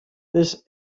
this